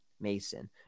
Mason